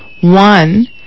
One